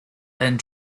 and